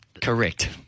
Correct